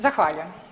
Zahvaljujem.